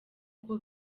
uko